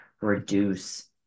reduce